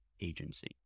agency